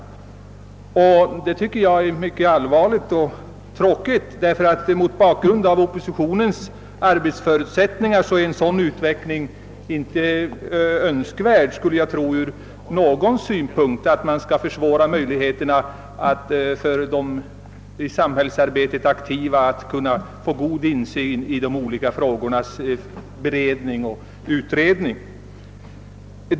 Detta anser jag är mycket allvarligt. Med hänsyn till oppositinens arbetsförutsättningar är det inte ur någon synpunkt önskvärt att man försvårar möjligheterna för de i samhällsarbetet aktiva att få god insyn i de olika frågornas beredning och utredning.